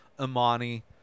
Imani